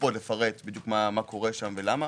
הקופות יוכלו לפרט מה קורה ולמה.